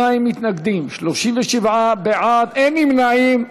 42 מתנגדים, 37 בעד, אין נמנעים.